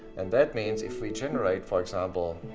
and that means if we generate, for example,